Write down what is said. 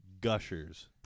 Gushers